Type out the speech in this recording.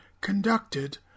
conducted